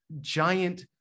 Giant